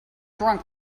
drunk